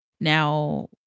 Now